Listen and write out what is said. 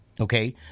Okay